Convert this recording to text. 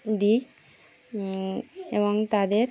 দিই এবং তাদের